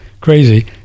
crazy